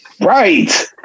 Right